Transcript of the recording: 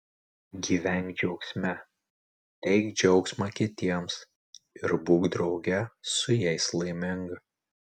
gyvenk džiaugsme teik džiaugsmą kitiems ir būk drauge su jais laiminga